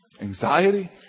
anxiety